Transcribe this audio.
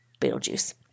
Beetlejuice